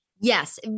Yes